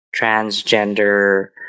transgender